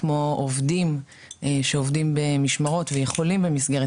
כמו עובדים שעובדים במשמרות ויכולים במסגרת